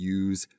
use